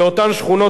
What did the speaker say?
באותן שכונות,